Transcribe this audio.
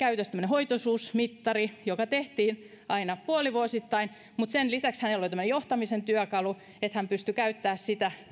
tämmöinen hoitoisuusmittari joka tehtiin aina puolivuosittain mutta sen lisäksi oli tämmöinen johtamisen työkalu että sitä pystyttiin käyttämään